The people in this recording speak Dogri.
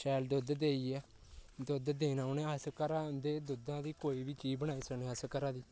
शैल दोद्ध देइयै दोद्ध देना उ'नें अस घरा दे उं'दे दुद्धे दी कोई बी चीज बनाई सकने अस घरा दी